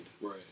Right